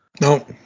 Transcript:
No